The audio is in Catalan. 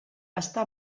està